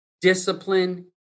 discipline